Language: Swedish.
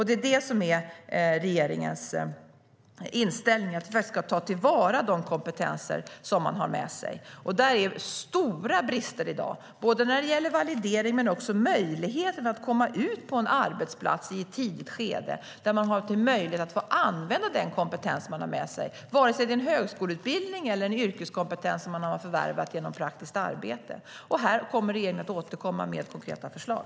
Det är det som är regeringens inställning: Vi ska ta till vara de kompetenser som man har med sig. Där är det stora brister i dag när det gäller både validering och möjlighet att komma ut på en arbetsplats i ett tidigt skede där man har möjlighet att få använda den kompetens man har med sig, vare sig det är en högskoleutbildning eller en yrkeskompetens som man har förvärvat genom praktiskt arbete. Här kommer regeringen att återkomma med konkreta förslag.